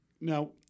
Now